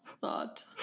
thought